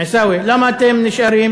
עיסאווי, למה אתם נשארים